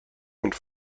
und